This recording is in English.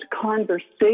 conversation